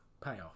payoff